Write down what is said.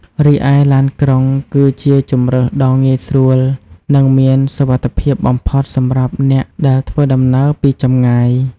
រីឯឡានក្រុងគឺជាជម្រើសដ៏ងាយស្រួល និងមានសុវត្ថិភាពបំផុតសម្រាប់អ្នកដែលធ្វើដំណើរពីចម្ងាយ។